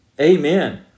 amen